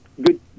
good